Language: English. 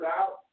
out